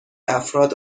افراد